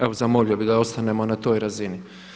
Evo zamolio bih da ostanemo na toj razini.